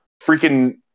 freaking